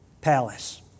palace